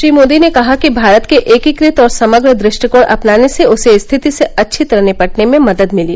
श्री मोदी ने कहा कि भारत के एकीकृत और समग्र दृष्टिकोण अपनाने से उसे स्थिति से अच्छी तरह निपटने में मदद मिली